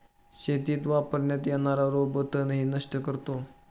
शेतीत वापरण्यात येणारा रोबो तणही नष्ट करतो